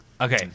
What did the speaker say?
okay